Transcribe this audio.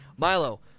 Milo